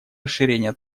расширения